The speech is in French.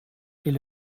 est